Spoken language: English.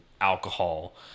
alcohol